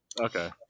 Okay